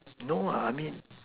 no I mean